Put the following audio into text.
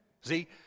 See